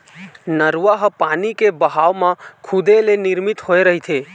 नरूवा ह पानी के बहाव म खुदे ले निरमित होए रहिथे